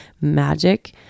magic